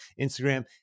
Instagram